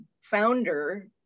founder